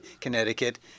Connecticut